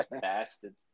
bastard